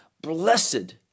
Blessed